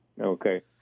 Okay